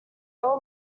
your